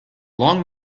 long